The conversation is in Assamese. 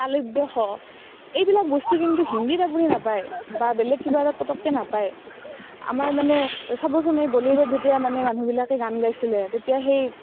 তালব্য় শ এইবিলাক বস্তু কিন্তু হিন্দীত আপুনি নাপায় বা বেলেক কিবা এটাত পতককে নাপায় আমাৰ মানে চাবচোন এই বদিউডত যেতিয়া মানে মানুহবিলাকে গান গাইছিলে তেতিয়া সেই